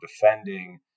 defending